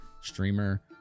streamer